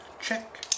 Check